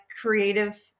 creative